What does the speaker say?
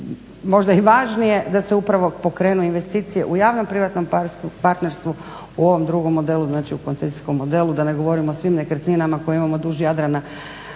možda i važnije da se upravo pokrenu investicije u javno-privatnom partnerstvu u ovom drugom modelu, znači u koncesijskom modelu, da ne govorim o svim nekretninama koje imamo duž Jadrana,